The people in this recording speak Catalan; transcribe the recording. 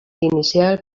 inicial